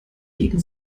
gegen